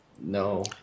no